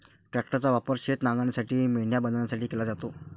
ट्रॅक्टरचा वापर शेत नांगरण्यासाठी, मेंढ्या बनवण्यासाठी केला जातो